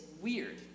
weird